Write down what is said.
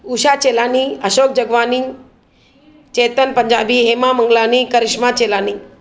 Usha Chelani Ashok Jagwani Chetan Punjabi Hema Manglani Karishma Chelani